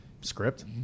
script